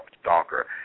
stalker